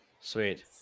Sweet